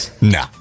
No